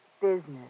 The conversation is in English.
Business